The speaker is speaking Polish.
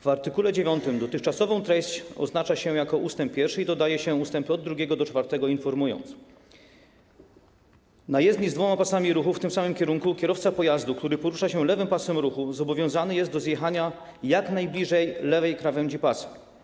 W art. 9 dotychczasową treść oznacza się jako ust. 1 i dodaje się ust. od 2 do 4, informując: na jezdni z dwoma pasami ruchu w tym samym kierunku kierowca pojazdu, który porusza się lewym pasem ruchu, zobowiązany jest do zjechania jak najbliżej lewej krawędzi pasa.